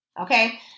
Okay